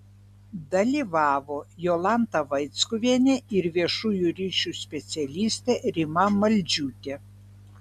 dalyvavo jolanta vaickuvienė ir viešųjų ryšių specialistė rima maldžiūtė